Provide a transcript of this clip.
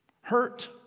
hurt